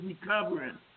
recovering